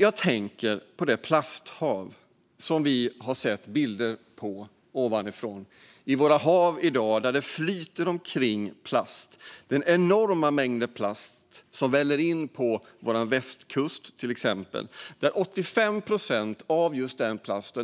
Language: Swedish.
Jag tänker på det plasthav som vi har sett bilder på ovanifrån. I våra hav i dag flyter det omkring plast. Det är enorma mängder plast som väller in på till exempel vår västkust. Av den plasten är 85 procent just engångsplast